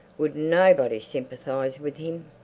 would nobody sympathize with him?